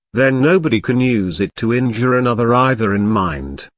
then nobody can use it to injure another either in mind,